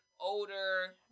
older